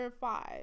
five